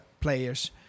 players